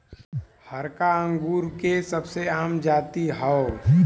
हरका अंगूर के सबसे आम जाति हौ